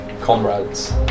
comrades